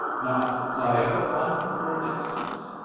not fly up at one, for instance?